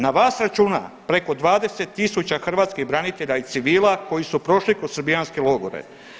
Na vas računa preko 20 000 hrvatskih branitelja i civila koji su prošli kroz srbijanske logore.